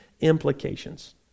implications